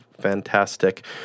fantastic